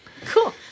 cool